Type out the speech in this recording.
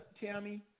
Tammy